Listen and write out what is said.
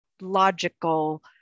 logical